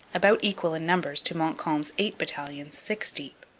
about equal in numbers to montcalm's eight battalions six-deep.